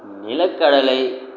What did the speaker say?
நிலக்கடலை